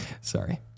sorry